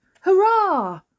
Hurrah